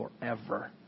forever